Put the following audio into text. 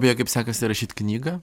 beje kaip sekasi rašyt knygą